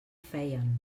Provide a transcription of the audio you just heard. feien